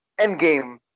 Endgame